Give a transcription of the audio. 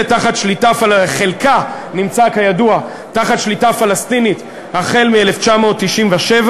שחלקה נמצא כידוע תחת שליטה פלסטינית החל מ-1997,